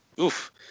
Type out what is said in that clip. Oof